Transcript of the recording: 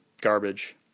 garbage